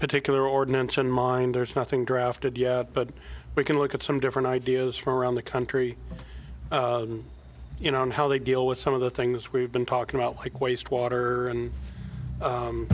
particular ordinance in mind there's nothing drafted yet but we can look at some different ideas from around the country you know on how they deal with some of the things we've been talking about like waste water and